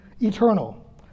eternal